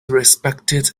respected